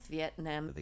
Vietnam